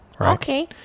Okay